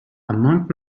among